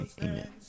amen